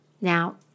Now